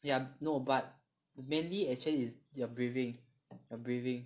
yeah no but mainly actually is your breathing your breathing